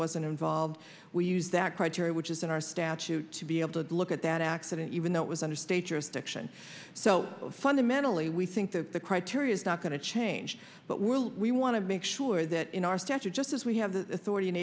wasn't involved we use that criteria which is in our statute to be able to look at that accident even though it was under status direction so fundamentally we think that the criteria is not going to change but will we want to make sure that in our statute just as we have the authority in